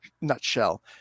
nutshell